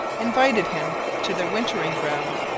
invited him to their wintering grounds,